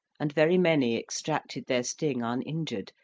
and very many extracted their sting uninjured,